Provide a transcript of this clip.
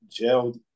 gelled